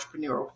entrepreneurial